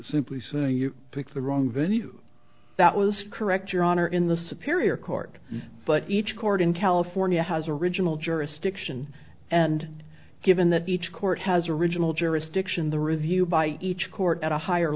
simply saying you picked the wrong venue that was correct your honor in the superior court but each court in california has original jurisdiction and given that each court has original jurisdiction the review by each court at a higher